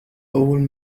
old